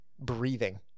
breathing